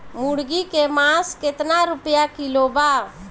मुर्गी के मांस केतना रुपया किलो बा?